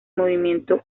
movimiento